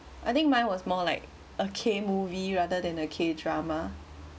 I think mine was more like a K movie rather than a K drama